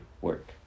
work